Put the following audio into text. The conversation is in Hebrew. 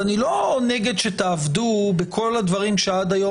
אני לא נגד שתעבדו בכל הדברים שעד היום